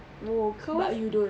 but you don't